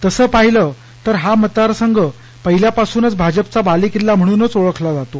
तसं पाहिलं तर हा मतदार संघ पहिल्या पासूनच भाजपचा बालेकिल्ला म्हणूनच ओळखला जातो